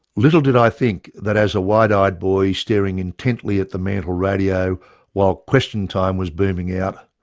little did i think that as a wide-eyed boy staring intently at the mantle radio while question time was booming out,